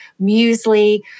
muesli